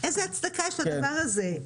איזו הצדקה יש לדבר הזה?